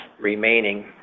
remaining